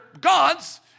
God's